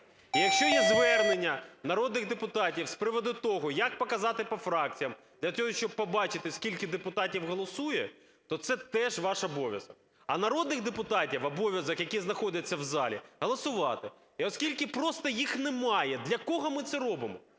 Якщо є звернення народних депутатів з приводу того, як показати по фракціям, для того щоб побачити, скільки депутатів голосує, то це теж ваш обов'язок. А народних депутатів обов'язок, які знаходяться в залі, голосувати, і оскільки просто їх немає, для кого ми це робимо?